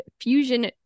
fusion